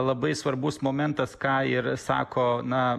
labai svarbus momentas ką ir sako na